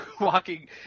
walking